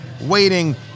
waiting